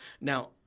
Now